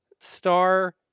star